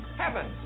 heaven